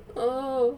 oh